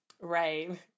Right